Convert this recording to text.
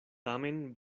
tamen